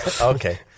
Okay